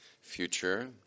Future